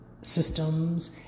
systems